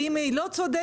ואם היא לא צודקת,